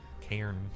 Cairn